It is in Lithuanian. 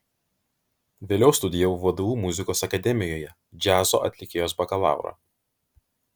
vėliau studijavau vdu muzikos akademijoje džiazo atlikėjos bakalaurą